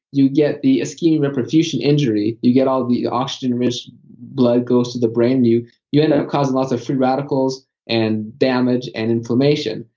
you get the ischemia reperfusion injury, you get all the oxygen rich blood goes to the brain and you end up causing lots of free radicals and damage, and inflammation.